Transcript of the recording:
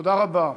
תודה רבה.